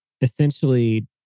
essentially